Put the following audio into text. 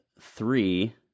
three